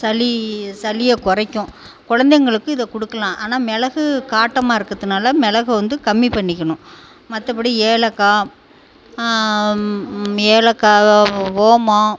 சளி சளியை குறைக்கும் குழந்தைங்களுக்கு இதை கொடுக்கலாம் ஆனால் மிளகு காட்டமாக இருக்கத்துனால மிளக வந்து கம்மி பண்ணிக்கனும் மற்றபடி ஏலக்காய் ஏலக்காய் ஓமம்